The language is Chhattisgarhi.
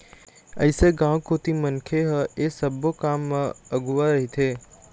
अइसे गाँव कोती मनखे ह ऐ सब्बो काम म अघुवा रहिथे